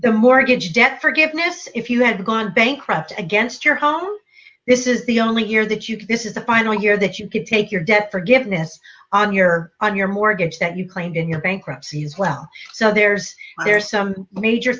the mortgage debt forgiveness if you have gone bankrupt against your home this is the only year that you can this is the final year that you could take your debt forgiveness on your on your mortgage that you claimed in your bankruptcy as well so there's there are some major